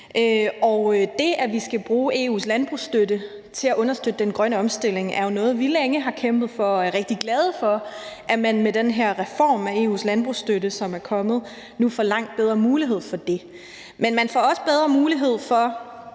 det, at vi skal bruge EU's landbrugsstøtte til at understøtte den grønne omstilling, er jo noget, vi længe har kæmpet for, og vi er rigtig glade for, at man med den her reform af EU's landbrugsstøtte, som er kommet, nu får langt bedre mulighed for at gøre det. Men man får også langt bedre mulighed for